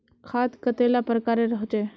खाद कतेला प्रकारेर होचे?